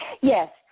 Yes